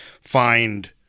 find